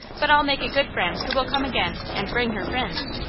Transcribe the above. but i'll make a good friend who will come again, and bring her friends.